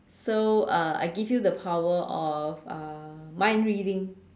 so uh I give you the power of uh mind reading